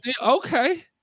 Okay